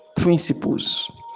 principles